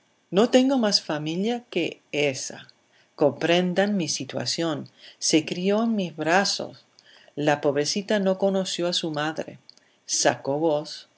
no tengo más familia que esa comprendan mi situación se crió en mis brazos la pobrecita no conoció a su madre sacó voz